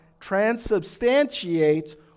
transubstantiates